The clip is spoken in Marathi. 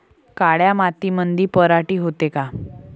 काळ्या मातीमंदी पराटी होते का?